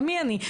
אבל מי אני?